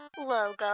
logo